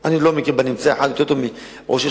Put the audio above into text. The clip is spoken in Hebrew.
אני לא מכיר מישהו שיהיה יותר טוב מראש עיר